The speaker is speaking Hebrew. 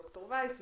תודה, ד"ר וייס.